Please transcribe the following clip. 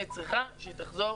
אני צריכה שהיא תחזור